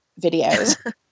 videos